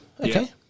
okay